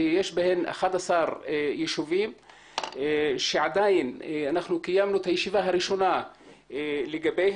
שיש בהן 11 יישובים שקיימנו את הישיבה הראשונה לגביהם,